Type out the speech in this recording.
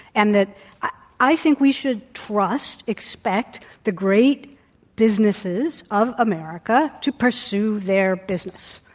and that i i think we should trust, expect the great businesses of america to pursue their business,